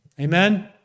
Amen